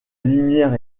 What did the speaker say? lumière